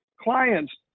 Clients